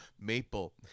maple